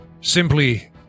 simply